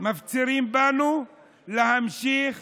מפצירים בנו להמשיך